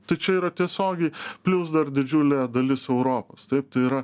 tai čia yra tiesiogiai plius dar didžiulė dalis europos taip tai yra